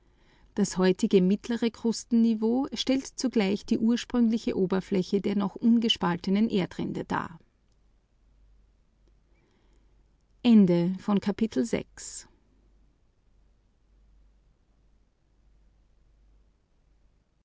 das heutige mittlere krustenniveau stellt zugleich die ursprüngliche oberfläche der noch ungespaltenen lithosphäre dar